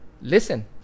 listen